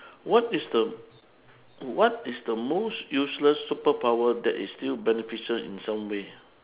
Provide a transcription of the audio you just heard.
what is the what is the most useless superpower that is still beneficial in some way